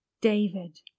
David